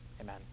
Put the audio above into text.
Amen